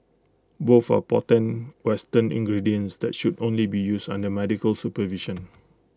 both are potent western ingredients that should only be used under medical supervision